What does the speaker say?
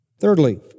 Thirdly